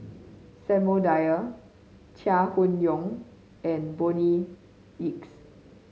Samuel Dyer Chai Hon Yoong and Bonny Hicks